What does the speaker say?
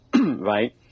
right